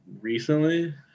recently